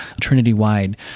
Trinity-wide